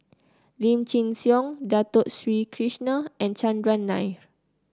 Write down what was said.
Lim Chin Siong Dato Sri Krishna and Chandran Nair